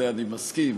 לזה אני מסכים.